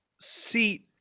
seat